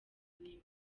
ntebe